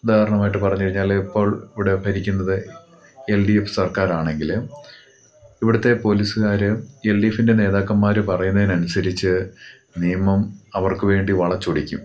ഉദാഹരണമായിട്ട് പറഞ്ഞു കഴിഞ്ഞാൽ ഇപ്പോൾ ഇവിടെ ഭരിക്കുന്നത് എൽ ഡി എഫ് സർക്കാരാണെങ്കിൽ ഇവിടുത്തെ പോലീസുകാർ എൽഡിഎഫിൻ്റെ നേതാക്കന്മാർ പറയുന്നതിന് അനുസരിച്ചു നിയമം അവർക്ക് വേണ്ടി വളച്ചൊടിക്കും